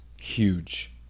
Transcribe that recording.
Huge